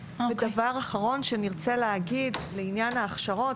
דבר אחרון שנרצה להגיד לעניין ההכשרות.